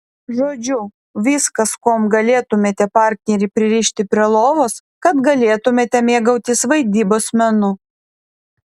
žodžiu viskas kuom galėtumėte partnerį pririšti prie lovos kad galėtumėte mėgautis vaidybos menu